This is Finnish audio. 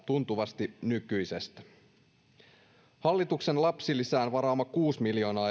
tuntuvasti nykyisestä hallituksen lapsilisään varaama kuusi